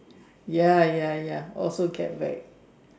ya ya ya also get whack